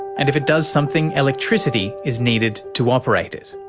and if it does something, electricity is needed to operate it.